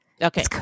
Okay